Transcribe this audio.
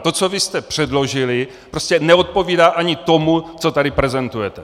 To, co vy jste předložili, prostě neodpovídá ani tomu, co tady prezentujete.